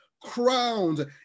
crowned